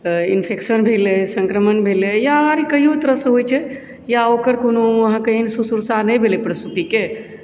infection भेलै संक्रमण भेलै या कतेको तरह सँ होइ छै या ओकर कोनो आहाँके एहेन सुसुर्षा नहि भेलै परसौतीकेँ